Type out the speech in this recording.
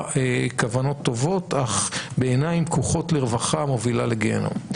כוונות טובות אך בעיניים פקוחות לרווחה מובילה לגיהינום.